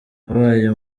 abaye